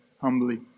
humbly